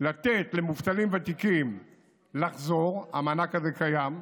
לתת למובטלים ותיקים לחזור, המענק הזה קיים,